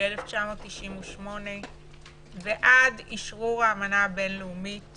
ב-1998 ועד אשרור האמנה הבין-לאומית